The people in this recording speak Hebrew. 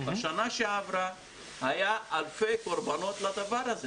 בשנה שעברה היה אלפי קורבנות לדבר הזה.